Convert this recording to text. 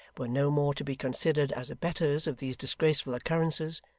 were no more to be considered as abettors of these disgraceful occurrences,